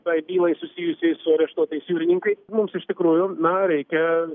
tai bylai susijusiai su areštuotais jūrininkais mums iš tikrųjų na reikia